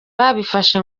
babifashe